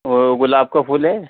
اور گلاب کا پھول ہے